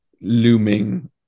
looming